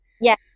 Yes